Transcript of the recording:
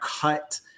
cut